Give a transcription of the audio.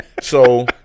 So-